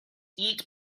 eat